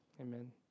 Amen